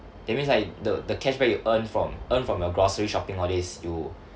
that means Iike the the cashback you earn from earn from your grocery shopping all this you